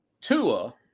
Tua